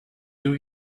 you